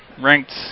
ranked